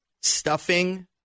stuffing